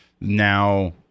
now